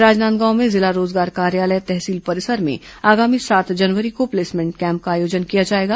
राजनांदगांव में जिला रोजगार कार्यालय तहसील परिसर में आगामी सात जनवरी को प्लेसमेंट कैम्प का आयोजन किया जाएगा